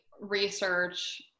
research